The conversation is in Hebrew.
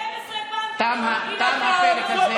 12 פעם, ובכן,